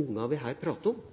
ungene vi her snakker om,